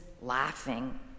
laughing